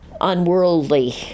unworldly